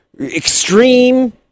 extreme